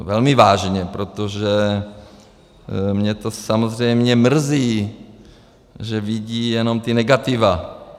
Velmi vážně, protože mě to samozřejmě mrzí, že vidí jenom ta negativa.